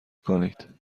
کنید